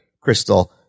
Crystal